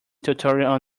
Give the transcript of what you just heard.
tutorial